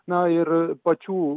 na ir pačių